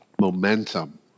momentum